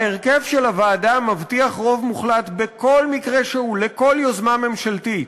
ההרכב של הוועדה מבטיח רוב מוחלט בכל מקרה שהוא לכל יוזמה ממשלתית,